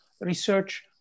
research